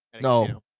no